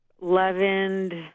leavened